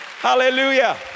Hallelujah